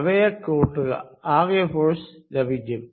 അവയെ കൂട്ടുക ആകെ ഫോഴ്സ് ലഭിക്കും